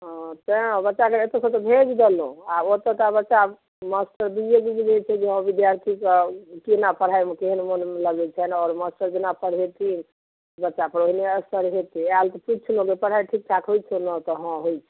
हँ तैँ बच्चाके एतऽ सँ तऽ भेज देलहूं आ ओतऽ तऽ बच्चा मास्टर दुइये दिनमे जे छै जे हँ विद्यार्थीके केना पढ़ाइमे केहन मन लगैत छनि आओर मास्टर जहिना पढ़ेथिन बच्चा पर ओहिने असर होयतै आएल तऽ पुछलहुँ जे पढ़ाइ ठीक ठाक होइत छौ ने तऽ हँ होइत छै